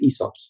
ESOPs